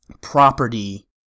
property